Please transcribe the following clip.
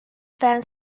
fan